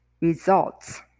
results